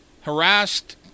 Harassed